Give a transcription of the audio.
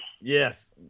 yes